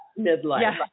midlife